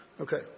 Okay